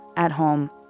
at home,